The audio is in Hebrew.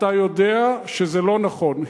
אתה יודע שזה לא נכון.